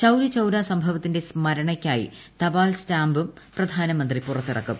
ചൌരി ചൌര സംഭവത്തിന്റെ സ്മരണയ്ക്കായി തപാൽസ്റ്റാമ്പും പ്രധാനമന്ത്രി പുറത്തിറക്കും